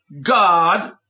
God